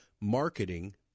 marketing